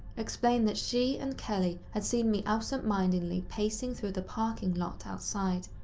explained that she and kelly had seen me absent mindedly pacing through the parking lot outside.